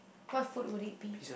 what food would it be